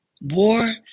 War